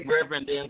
Reverend